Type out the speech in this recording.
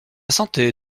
santé